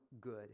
good